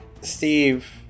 Steve